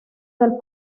del